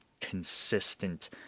consistent